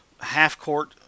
half-court